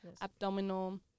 abdominal